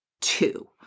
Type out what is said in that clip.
two